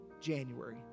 January